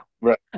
Right